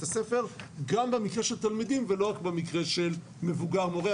הספר גם במקרה של תלמידים ולא רק במקרה של מבוגר מורה.